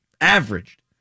averaged